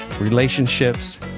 relationships